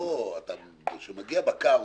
כאשר מגיע בקר,